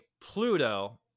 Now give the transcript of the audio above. Pluto